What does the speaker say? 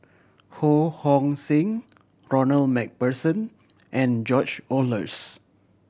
Ho Hong Sing Ronald Macpherson and George Oehlers